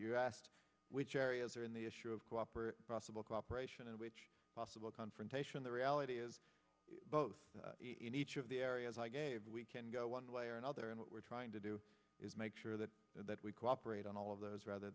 you asked which areas are in the issue of cooperate possible cooperation and which possible confrontation the reality is both in each of the areas i gave we can go one way or another and what we're trying to do is make sure that that we cooperate on all of those rather